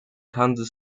kansas